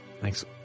thanks